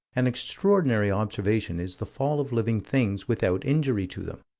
an extraordinary observation is the fall of living things without injury to them.